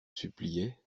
suppliaient